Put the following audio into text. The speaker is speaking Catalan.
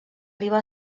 riba